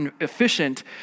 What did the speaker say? efficient